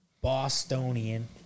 Bostonian